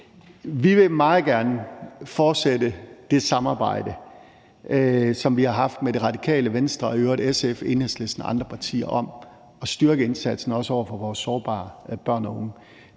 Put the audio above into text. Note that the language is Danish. Vi vil meget gerne fortsætte det samarbejde, som vi har haft med Radikale Venstre og i øvrigt SF, Enhedslisten og andre partier om at styrke indsatsen også over for vores sårbare børn og unge.